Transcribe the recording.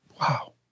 Wow